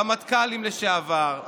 רמטכ"לים לשעבר,